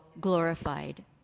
glorified